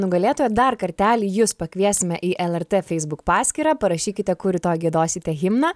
nugalėtoją dar kartelį jus pakviesime į lrt feisbuk paskyrą parašykite kur rytoj giedosite himną